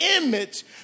image